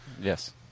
Yes